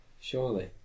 surely